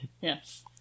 Yes